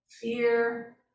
fear